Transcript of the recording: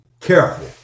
careful